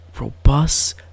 robust